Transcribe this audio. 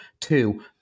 Two